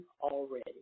already